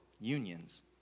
unions